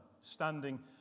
standing